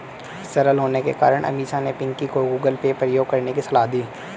सरल होने के कारण अमीषा ने पिंकी को गूगल पे प्रयोग करने की सलाह दी